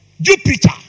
Jupiter